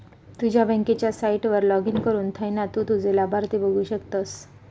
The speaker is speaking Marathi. तुझ्या बँकेच्या साईटवर लाॅगिन करुन थयना तु तुझे लाभार्थी बघु शकतस